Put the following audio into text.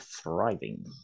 thriving